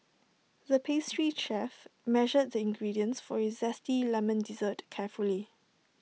the pastry chef measured the ingredients for A Zesty Lemon Dessert carefully